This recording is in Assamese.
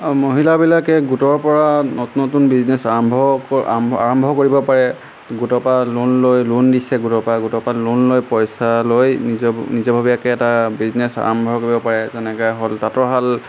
অঁ মহিলাবিলাকে গোটৰপৰা নতুন নতুন বিজনেছ আৰম্ভ আৰম্ভ আৰম্ভ কৰিব পাৰে গোটৰ পৰা লোন লৈ লোন দিছে গোটৰ পৰা গোটৰ পৰা লোন লৈ পইচা লৈ নিজ নিজাববীয়াকৈ এটা বিজনেছ আৰম্ভ কৰিব পাৰে যেনেকৈ হ'ল তাঁতৰশাল